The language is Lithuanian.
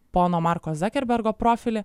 pono marko zakerbergo profilį